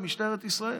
למשטרת ישראל.